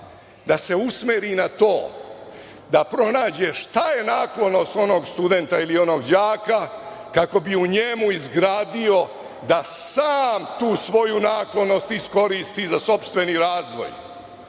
da se usmeri na to da pronađe šta je naklonost onog studenta ili onog đaka kako bi u njemu izgradio da sam tu svoju naklonost iskoristi za sopstveni razvoj.